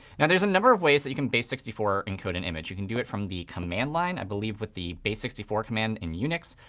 and there's a number of ways that you can base sixty four encode an image. you can do it from the command line, i believe, with the base sixty four for command in unix.